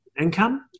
income